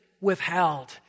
withheld